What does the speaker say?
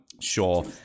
sure